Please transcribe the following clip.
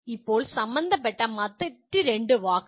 ഇപ്പോൾ സംബന്ധപ്പെട്ട മറ്റ് രണ്ട് വാക്കുകൾ